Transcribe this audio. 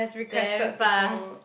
damn fast